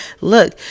look